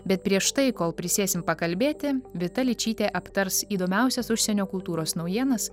bet prieš tai kol prisėsim pakalbėti vita ličytė aptars įdomiausias užsienio kultūros naujienas